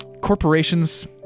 corporations